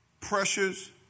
pressures